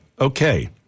Okay